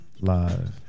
live